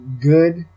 good